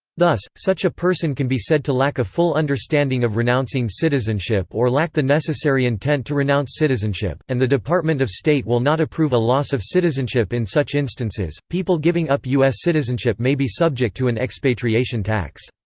thus, such a person can be said to lack a full understanding of renouncing citizenship or lack the necessary intent to renounce citizenship, and the department of state will not approve a loss of citizenship in such instances people giving up u s. citizenship may be subject to an expatriation tax.